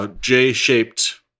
J-shaped